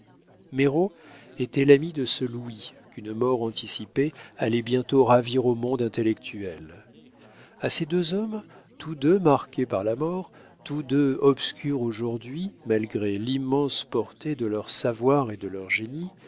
était l'ami de ce louis qu'une mort anticipée allait bientôt ravir au monde intellectuel a ces deux hommes tous deux marqués par la mort tous deux obscurs aujourd'hui malgré l'immense portée de leur savoir et de leur génie